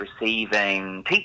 receiving